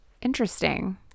Interesting